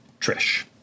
Trish